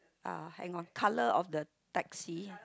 ah hang on colour of the taxi